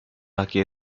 laki